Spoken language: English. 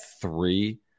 three